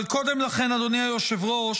אבל קודם לכן, אדוני היושב-ראש,